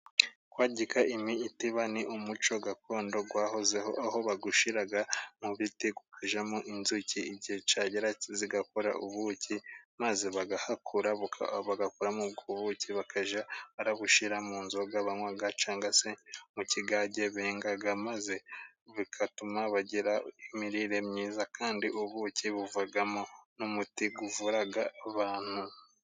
Kwagika imitiba ni umuco gakondo wahozeho aho bawushyira mu biti ikajyamo inzuki ,igihe cyagera zigakora ubuki maze bagahakura bagakuramo ubwo ubuki, bakajya barabushyira mu nzoga banywa cyangwa se mu kigage benga, maze bigatuma bagira imirire myiza kandi ubuki buvamo n'umuti uvura abantu.